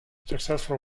successful